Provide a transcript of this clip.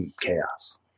chaos